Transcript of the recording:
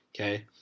Okay